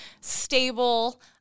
stable